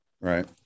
Right